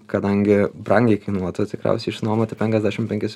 kadangi brangiai kainuotų tikriausiai išnuomoti penkiasdešim penkis